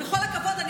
בכל הכבוד,